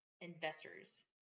investors